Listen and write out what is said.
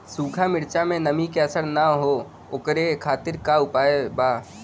सूखा मिर्चा में नमी के असर न हो ओकरे खातीर का उपाय बा?